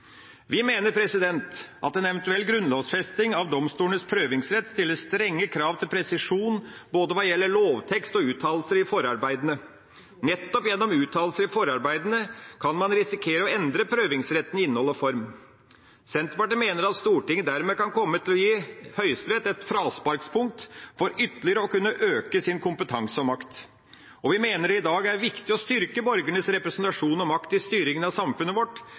Vi mener at en eventuell grunnlovfesting av domstolenes prøvingsrett stiller strenge krav til presisjon hva gjelder både lovtekst og uttalelser i forarbeidene. Nettopp gjennom uttalelser i forarbeidene kan man risikere å endre prøvingsretten i innhold og form. Senterpartiet mener at Stortinget dermed kan komme til å gi Høyesterett et frasparkspunkt for ytterligere å kunne øke sin kompetanse og makt. Vi mener det i dag er viktig å styrke borgernes representasjon og makt i styringa av samfunnet vårt.